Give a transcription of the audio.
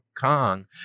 kong